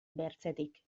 bertzetik